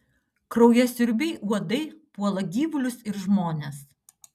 kraujasiurbiai uodai puola gyvulius ir žmones